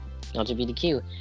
LGBTQ